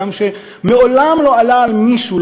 אדם שמעולם לא עלה על מישהו,